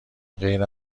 غیر